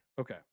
Okay